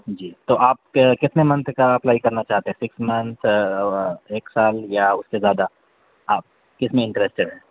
جی تو آپ کتنے منتھ کا اپلائی کرنا چاہتے ہیں سکس منتھس ایک سال یا اس سے زیادہ آپ کتنے انٹریسٹڈ ہیں